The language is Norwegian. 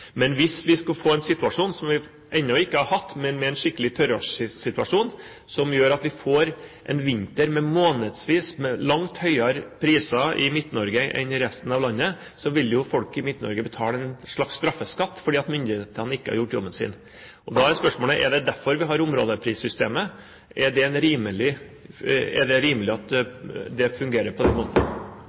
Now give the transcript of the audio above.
Men hvis vi skulle få en skikkelig tørrårssituasjon, som vi ennå ikke har hatt, som gjør at vi får en vinter med månedsvis med langt høyere priser i Midt-Norge enn i resten av landet, vil jo folk i Midt-Norge betale en slags straffeskatt fordi myndighetene ikke har gjort jobben sin. Da er spørsmålet til statsråden: Er det derfor vi har områdeprissystemet? Er det rimelig at det fungerer på den måten?